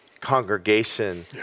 congregation